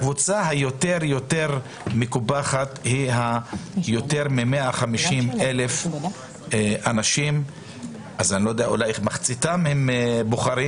הקבוצה השנייה המקופחת היא יותר מ-150,000 אנשים שמחציתם הם בוחרים